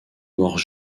morts